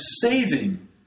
saving